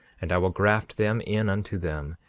and i will graft them in unto them.